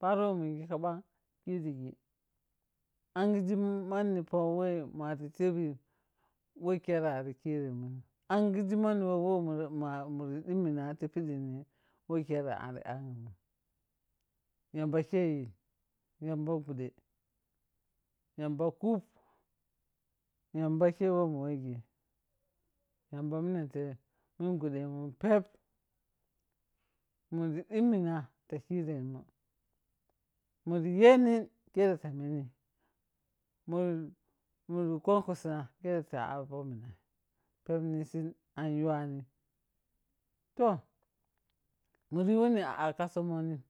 Payo wo mun yiji ka ɓang kiriji anghije man pok wo mari bebin we khere ari kirinam anghi mani we wo muri nenene to pidini we khere ati anghemun gamba keyi yamba buɗa, yamba kubi yamba ko we aro yijeji yamba minante menbhue mun peb. mar dimina, mari yonin ta meni muri konkoslaya fa ap pomna peb ni si an yuwani toh mari yi wuni akka somonim?